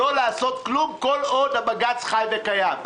לא לעשות כלום כל עוד העתירה לבג"ץ חיה וקיימת.